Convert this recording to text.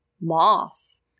moss